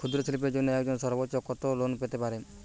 ক্ষুদ্রশিল্পের জন্য একজন সর্বোচ্চ কত লোন পেতে পারে?